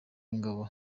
w’ingabo